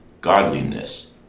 godliness